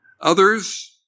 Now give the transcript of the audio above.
Others